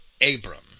Abram